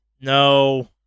No